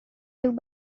took